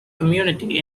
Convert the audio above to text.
community